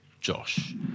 Josh